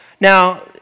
Now